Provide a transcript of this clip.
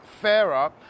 fairer